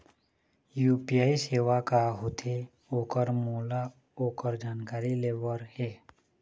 UPI सेवा का होथे ओकर मोला ओकर जानकारी ले बर हे?